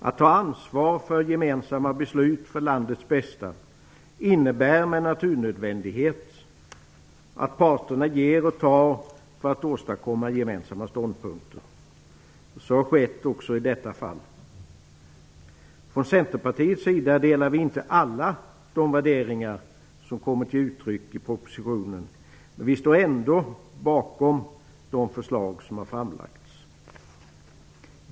Att ta ansvar för gemensamma beslut för landets bästa innebär med naturnödvändighet att parterna ger och tar för att åstadkomma gemensamma ståndpunkter. Så har skett också i detta fall. Från Centerpartiets sida delar vi inte alla de värderingar som kommer till uttryck i propositionen, men vi står ändå bakom de förslag som har framlagts.